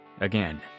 Again